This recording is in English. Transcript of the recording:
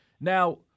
Now